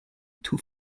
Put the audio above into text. two